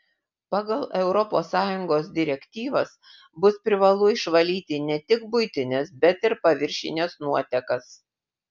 pagal europos sąjungos direktyvas bus privalu išvalyti ne tik buitines bet ir paviršines nuotekas